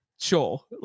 sure